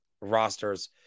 rosters